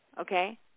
Okay